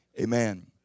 Amen